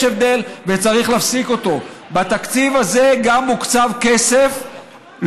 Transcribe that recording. יש הבדל בתקציב הזה בין